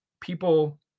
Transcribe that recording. people